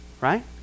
Right